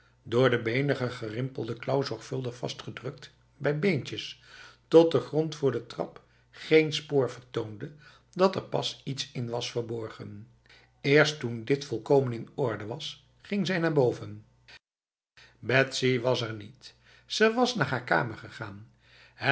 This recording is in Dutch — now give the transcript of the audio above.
door de benige gerimpelde klauw zorgvuldig vastgedrukt bij beetjes tot de grond voor de trap geen spoor vertoonde dat er pas iets in was verborgen eerst toen dit volkomen in orde was ging zij naar boven betsy was er niet ze was naar haar kamer gegaan het